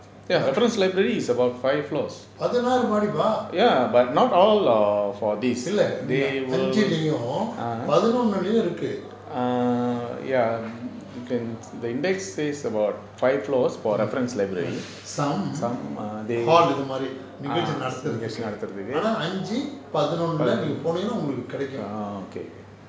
பதுனாறு மாடிப்பா:pathunaru maadipa இல்ல அஞ்சுலயும் பதின்னொன்னுலயும் இருக்கு:illa anjulayum pathinonnulayum iruku some hall இதுமாரி நிகழ்ச்சிகள் நடத்துறதுக்கு ஆனா அஞ்சி பதினோன்ணுல நீங்க போனிங்கன்னா ஒங்களுக்கு கெடைக்கும்:ithumaari nigalchigal nadathurathuku anaa anji pathinonnula neenga poninganna ongaluku kedaikum